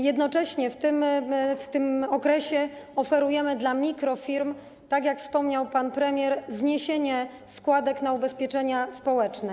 Jednocześnie w tym okresie oferujemy mikrofirmom, tak jak wspomniał pan premier, zniesienie składek na ubezpieczenia społeczne.